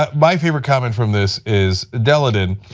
but my favorite comic from this is daleiden,